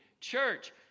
church